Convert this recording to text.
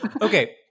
Okay